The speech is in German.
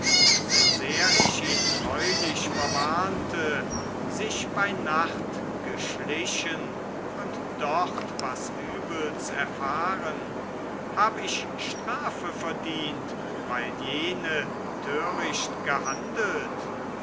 so sehr ich ihn treulich verwarnte sich bei nacht geschlichen und dort was übels erfahren hab ich strafe verdient weil jene töricht gehandelt